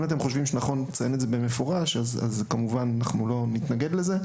אם אתם חושבים שנכון לציין את זה במפורש אנחנו לא נתנגד לזה,